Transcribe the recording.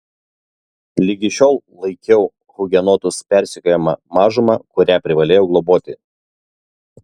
ligi šiol laikiau hugenotus persekiojama mažuma kurią privalėjau globoti